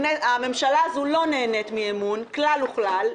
הממשלה הזאת לא נהנית מאמון כלל וכלל,